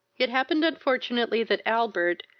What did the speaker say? it happened unfortunately, that albert,